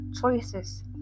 choices